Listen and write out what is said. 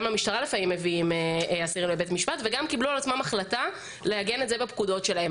גם המשטרה לפעמים מביאה עציר לבית משפט לעגן את זה בפקודות שלה.